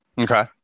Okay